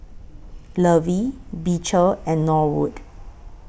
Lovie Beecher and Norwood